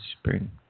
spring